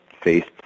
faced